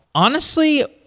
honestly,